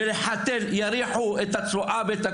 גם שלחנו מכתב בנושא ואנחנו נשמח לקבל על זה מענה,